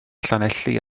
llanelli